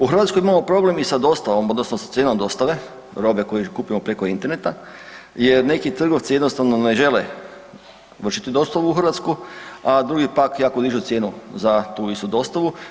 U Hrvatskoj imamo problem i sa dostavom odnosno sa cijenom dostave robe koju kupimo preko interneta jer neki trgovci jednostavno ne žele vršiti dostavu u Hrvatsku, a drugi pak jako dižu cijenu za tu istu dostavu.